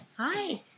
Hi